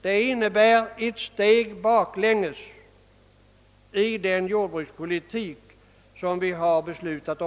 De innebär ett steg baklänges i den jordbrukspolitik som beslutats.